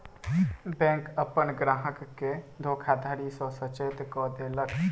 bank अपन ग्राहक के धोखाधड़ी सॅ सचेत कअ देलक